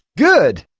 good.